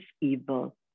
evil